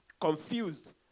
confused